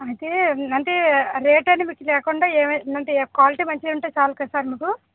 అంటే అన్ అంటే రేట్ అనిపించి లేకుండా క్వాలిటీ మంచిగా ఉంటే చాలు కదా సార్ మీకు